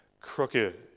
crooked